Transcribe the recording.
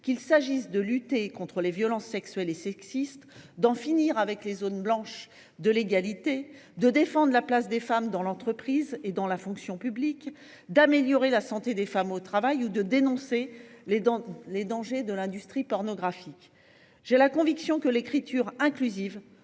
qu’il s’agisse de lutter contre les violences sexuelles et sexistes, d’en finir avec les zones blanches de l’égalité, de défendre la place des femmes dans l’entreprise et dans la fonction publique, d’améliorer la santé des femmes au travail ou de dénoncer les dangers de l’industrie pornographique. Nos travaux ont permis de